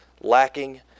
lacking